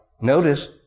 Notice